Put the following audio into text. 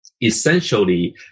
essentially